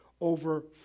over